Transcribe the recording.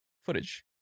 footage